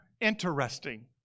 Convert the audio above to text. interesting